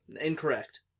Incorrect